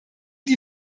die